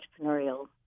entrepreneurial